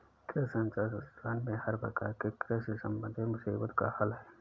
कृषि संचार संस्थान में हर प्रकार की कृषि से संबंधित मुसीबत का हल है